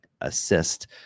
assist